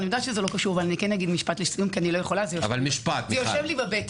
אני יודעת שזה לא קשור אבל כן אגיד משפט לסיום כי זה יושב לי בבטן.